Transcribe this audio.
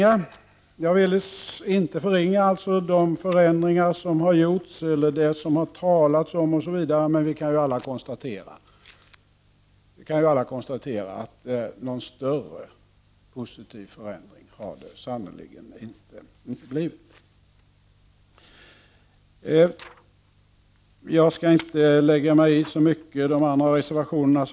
Jag vill inte förringa de förändringar som har gjorts och förändringar som det har talats om, men vi kan alla konstatera att några större positiva förändringar sannerligen inte har kommit till stånd. Jag skall inte lägga mig i vad som står i övriga reservationer.